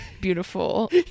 beautiful